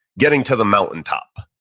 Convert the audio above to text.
getting to the mountain top.